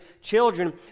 children